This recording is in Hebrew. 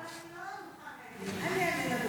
הוא אומר, אבל אני לא בטוח שהוא מדייק שם.